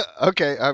Okay